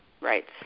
Right